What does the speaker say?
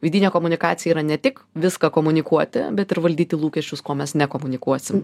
vidinė komunikacija yra ne tik viską komunikuoti bet ir valdyti lūkesčius ko mes ne komunikuosim